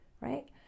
right